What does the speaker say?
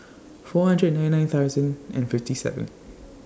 four hundred ninety nine thousand and fifty seven